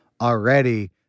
already